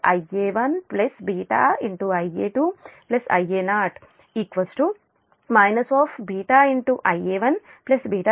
కాబట్టి Ib β2 Ia1 βIa2 Ia0 β Ia1 β2 Ia2 Ia0